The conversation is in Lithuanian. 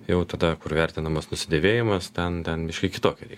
jau tada kur vertinamas nusidėvėjimas ten ten biški kitokie